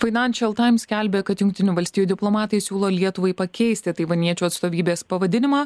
fainančial taims skelbia kad jungtinių valstijų diplomatai siūlo lietuvai pakeisti taivaniečių atstovybės pavadinimą